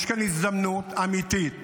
יש כאן הזדמנות אמיתית